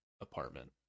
apartment